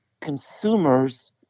consumers